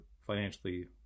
financially